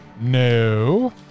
No